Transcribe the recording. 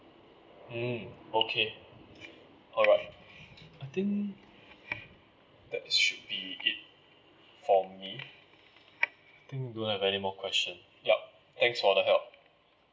mm okay alright I think that should be it for me I think I don't have anymore question yup thanks for the help